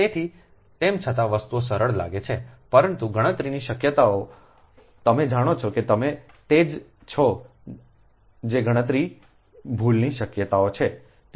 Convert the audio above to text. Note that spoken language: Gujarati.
તેથી તેમ છતાં વસ્તુઓ સરળ લાગે છે પરંતુ ગણતરીની શક્યતાઓ તમે જાણો છો કે તમે તે જ છો જે ગણતરી ભૂલની શક્યતાઓ છે